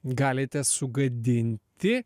galite sugadinti